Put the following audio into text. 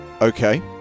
okay